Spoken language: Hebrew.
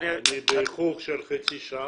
ואני באיחור של חצי שעה,